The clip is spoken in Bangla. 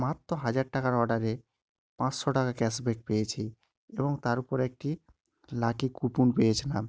মাত্র হাজার টাকার অর্ডারে পাঁচশো টাকা ক্যাশ ব্যাক পেয়েছি এবং তার উপর একটি লাকি কুপন পেয়েছিলাম